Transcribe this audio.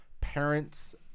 parents